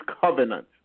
covenant